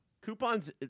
Coupons